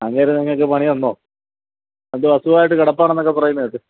അങ്ങേര് നിങ്ങൾക്ക് പണി തന്നോ എന്തോ അസുഖമായിട്ട് കിടപ്പാണന്നൊക്കെ പറയുന്നത് കേട്ടു